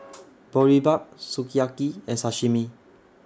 Boribap Sukiyaki and Sashimi